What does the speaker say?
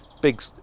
big